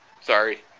sorry